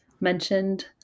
mentioned